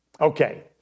Okay